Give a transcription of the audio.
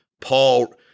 Paul